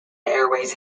airways